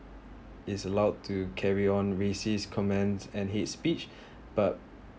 is allowed to carry on racist comments and hate speech but